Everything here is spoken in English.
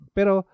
Pero